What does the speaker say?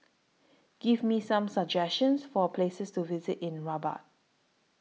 Give Me Some suggestions For Places to visit in Rabat